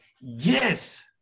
yes